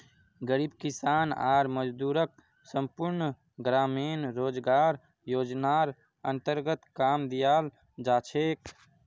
गरीब किसान आर मजदूरक संपूर्ण ग्रामीण रोजगार योजनार अन्तर्गत काम दियाल जा छेक